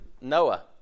Noah